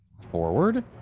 forward